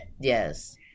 yes